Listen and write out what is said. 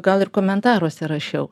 gal ir komentaruose rašiau